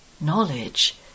Knowledge